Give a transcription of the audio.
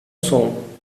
som